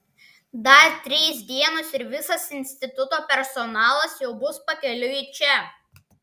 dar trys dienos ir visas instituto personalas jau bus pakeliui į čia